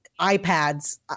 iPads